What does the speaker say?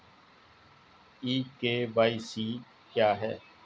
ई KYC क्या है?